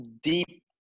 deep